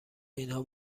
اینها